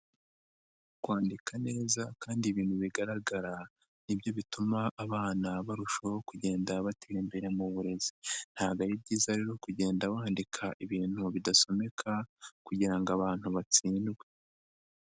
Kwandika neza kandi ibintu bigaragara ni byo bituma abana barushaho kugenda batera imbere mu burezi. Ntago ari byiza rero kugenda wandika ibintu bidasomeka kugira ngo abantu batsindwe.